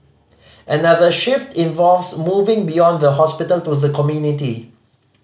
another shift involves moving beyond the hospital to the community